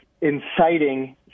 inciting